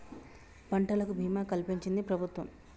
పంటలకు భీమా కలిపించించి ప్రభుత్వం